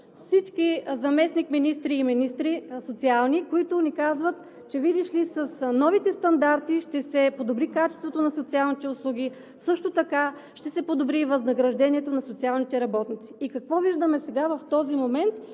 и заместник-министри, които ни казват, че, видиш ли, с новите стандарти ще се подобри качеството на социалните услуги, също така ще се подобри възнаграждението на социалните работници. И какво виждаме сега, в този момент?!